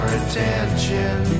attention